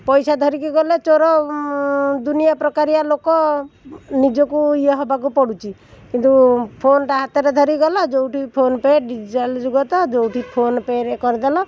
ପଇସା ଧରିକି ଗଲେ ଚୋର ଦୁନିଆ ପ୍ରକାରିଆ ଲୋକ ନିଜକୁ ଇଏ ହେବାକୁ ପଡୁଛି କିନ୍ତୁ ଫୋନ୍ଟା ହାତରେ ଧରିକି ଗଲା ଯେଉଁଠି କି ଫୋନପେ ଡିଜିଟାଲ୍ ଯୁଗ ତ ଯେଉଁଠି ଫୋନପେରେ କରିଦେଲ